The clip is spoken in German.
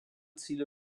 ziele